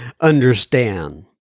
understand